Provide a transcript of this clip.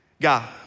God